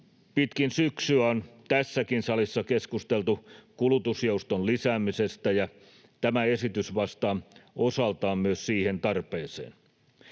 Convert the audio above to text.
Pitkin syksyä on tässäkin salissa keskusteltu kulutusjouston lisäämisestä, ja tämä esitys vastaa osaltaan myös siihen tarpeeseen.